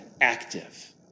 active